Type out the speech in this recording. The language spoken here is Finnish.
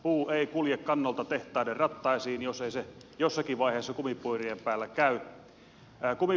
puu ei kulje kannolta tehtaiden rattaisiin jos ei se jossakin vaiheessa kumipyörien päällä käy